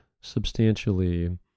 substantially